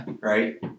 right